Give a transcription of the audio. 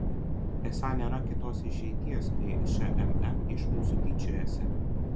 esą nėra kitos išeities kai šmm iš mūsų tyčiojasi